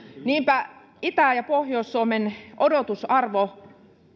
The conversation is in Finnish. niinpä itä ja pohjois suomen odotusarvo